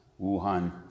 Wuhan